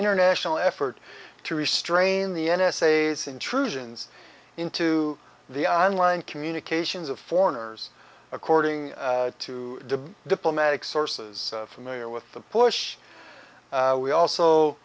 international effort to restrain the n s a s intrusions into the on line communications of foreigners according to the diplomatic sources familiar with the push we also